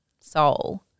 soul